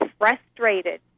frustrated